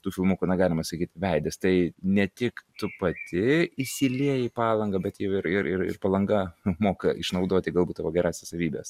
tų filmukų na galima sakyt veidas tai ne tik tu pati įsilieji palangą bet jau ir ir palanga moka išnaudoti galbūt tavo gerąsias savybes